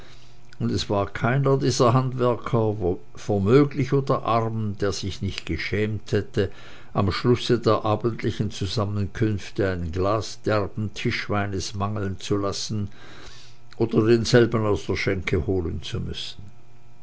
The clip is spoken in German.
und es war keiner dieser handwerker vermöglich oder arm der sich nicht geschämt hätte am schlusse der abendlichen zusammenkünfte ein glas derben tischweines mangeln zu lassen oder denselben aus der schenke holen zu müssen